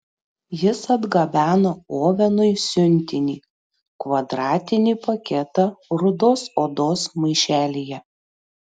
jis atgabeno ovenui siuntinį kvadratinį paketą rudos odos maišelyje